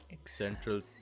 central